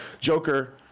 Joker